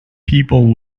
people